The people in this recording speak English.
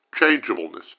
changeableness